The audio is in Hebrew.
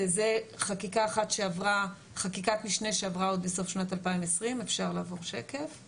זה חקיקת משנה שעברה עוד בסוף שנת 2020. אלה